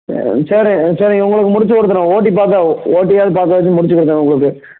சரி சரிங்க உங்களுக்கு முடித்து கொடுத்துடுறேன் ஓட்டி பார்த்தா ஓட்டியாவது பார்த்தாச்சும் முடித்து குடுத்தர்றேன் உங்களுக்கு